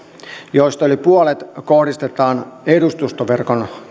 joista yli puolet kohdistetaan edustustoverkon